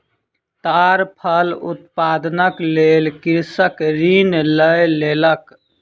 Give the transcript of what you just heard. ताड़ फल उत्पादनक लेल कृषक ऋण लय लेलक